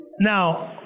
Now